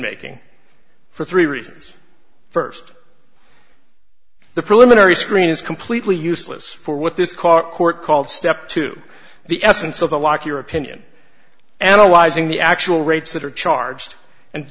making for three reasons first the preliminary screen is completely useless for what this court court called step two the essence of the lock your opinion analyzing the actual rates that are charged and